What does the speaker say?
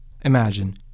Imagine